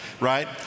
right